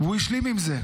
הוא השלים עם זה.